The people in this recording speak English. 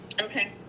Okay